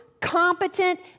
competent